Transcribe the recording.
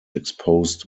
exposed